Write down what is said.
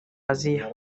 asia